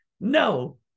No